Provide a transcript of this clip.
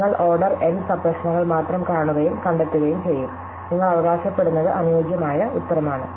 നിങ്ങൾ order n sub പ്രശ്നങ്ങൾ മാത്രം കാണുകയും കണ്ടെത്തുകയും ചെയ്യും നിങ്ങൾ അവകാശപ്പെടുന്നത് അനുയോജ്യമായ ഉത്തരമാണ്